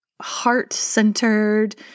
heart-centered